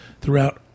throughout